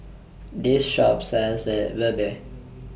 This Shop sells Red Ruby